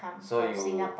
so you